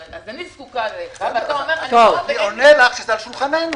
אז אני זקוקה --- אני עונה לך שזה על שולחננו.